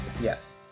Yes